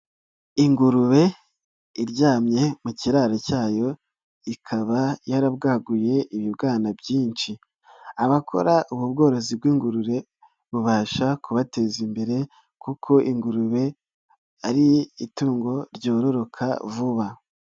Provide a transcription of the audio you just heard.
Ingurube iryamye mu kiraro cyayo, ikaba yarabwaguye ibibwana byinshi. Abakora ubu bworozi bw'ingurube bubasha kubateza imbere kuko ingurube ari itungo ryororoka vuba.